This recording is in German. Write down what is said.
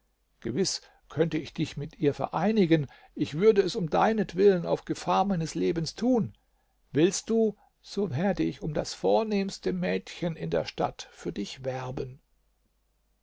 gewiß könnte ich dich mit ihr vereinigen ich würde es um deinetwillen auf gefahr meines lebens tun willst du so werde ich um das vornehmste mädchen in der stadt für dich werben